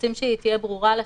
רוצים שהיא תהיה ברורה לשוק,